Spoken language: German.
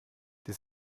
die